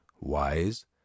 wise